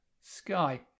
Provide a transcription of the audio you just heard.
sky